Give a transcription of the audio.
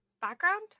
Background